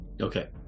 Okay